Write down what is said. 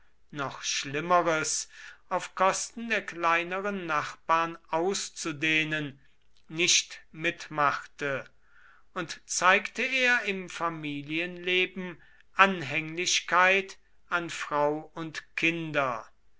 noch schlimmeres auf kosten der kleineren nachbarn auszudehnen nicht mitmachte und zeigte er im familienleben anhänglichkeit an frau und kinder